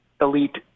elite